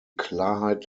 klarheit